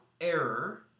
error